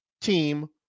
team